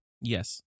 Yes